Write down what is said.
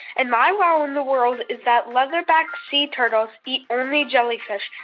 and my wow in the world is that leatherback sea turtles eat every jellyfish.